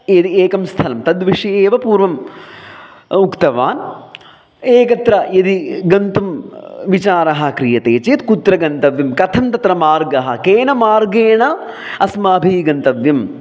यद् एकं स्थलं तद्विषये एव पूर्वम् उक्तवान् एकत्र यदि गन्तुं विचारः क्रियते चेत् कुत्र गन्तव्यं कथं तत्र मार्गः केन मार्गेण अस्माभिः गन्तव्यम्